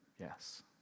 Yes